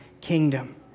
kingdom